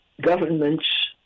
governments